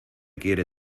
quiere